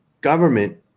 government